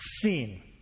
seen